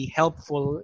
helpful